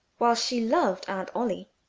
while she loved aunt ollie.